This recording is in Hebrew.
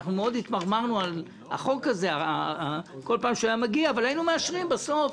מאוד התמרמרנו על חוק כזה בכל פעם שהוא היה מגיע אבל היינו מאשרים בסוף,